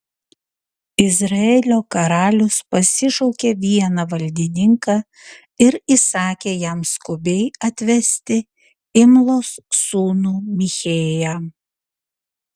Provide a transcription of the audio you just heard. izraelio karalius pasišaukė vieną valdininką ir įsakė jam skubiai atvesti imlos sūnų michėją